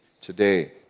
today